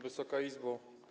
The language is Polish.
Wysoka Izbo!